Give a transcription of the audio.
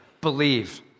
believe